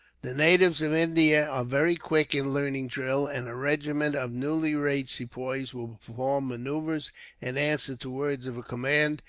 the natives of india are very quick in learning drill, and a regiment of newly-raised sepoys will perform manoeuvres and answer to words of command,